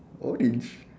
orange